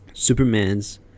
Superman's